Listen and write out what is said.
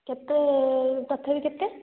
କେତେ ତଥାପି କେତେ